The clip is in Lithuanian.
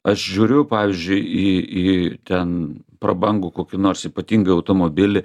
aš žiūriu pavyzdžiui į į ten prabangų kokį nors ypatingą automobilį